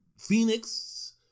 Phoenix